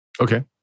Okay